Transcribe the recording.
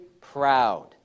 proud